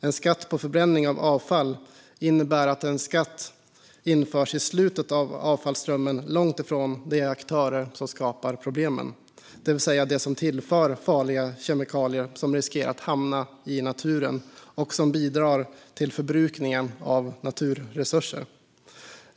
En skatt på förbränning av avfall innebär att en skatt införs i slutet av avfallsströmmen, långt ifrån de aktörer som skapar problemen, dvs. de som tillför farliga kemikalier som riskerar att hamna i naturen och som bidrar till förbrukningen av naturresurser.